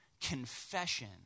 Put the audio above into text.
confession